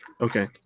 okay